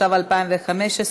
התשע"ה 2015,